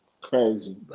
crazy